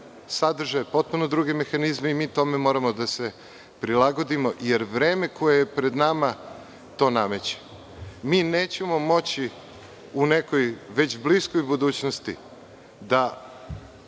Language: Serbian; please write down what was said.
sadržaje, potpuno druge mehanizme i mi tome moramo da se prilagodimo jer vreme koje je pred nama to nameće. Mi nećemo moći u nekoj već bliskoj budućnosti da